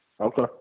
Okay